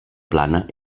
plana